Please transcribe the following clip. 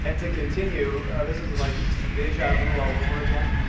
and to continue, this is like deja vu all over again.